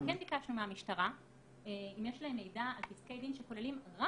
כן ביקשנו מהמשטרה אם יש להם מידע על פסקי דין שכוללים רק